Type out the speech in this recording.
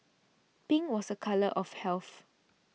pink was a colour of health